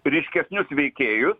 ryškesnius veikėjus